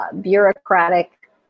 bureaucratic